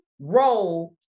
role